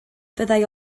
fyddai